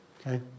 okay